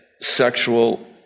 sexual